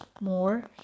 more